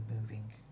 moving